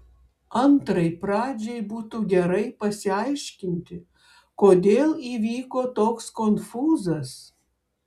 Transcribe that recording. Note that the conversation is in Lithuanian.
antrai pradžiai būtų gerai pasiaiškinti kodėl įvyko toks konfūzas